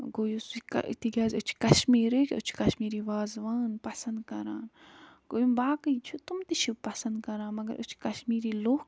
گوٚو یُس یہِ کر تِکیٛازِ أسۍ چھِ کَشمیٖرٕکۍ أسۍ چھِ کَشمیٖری وازٕوان پسنٛد کران گوٚو یِم باقٕے چھِ تِم تہِ چھِ پسنٛد کران مگر أسۍ چھِ کَشمیٖری لُکھ